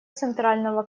центрального